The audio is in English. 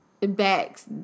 backs